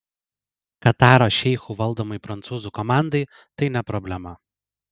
kataro šeichų valdomai prancūzų komandai tai ne problema